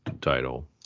title